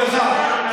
לא טוב לך.